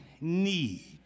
need